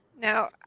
Now